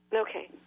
Okay